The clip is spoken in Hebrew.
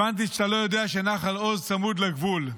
הבנתי שאתה לא יודע שנחל עוז צמוד לגבול.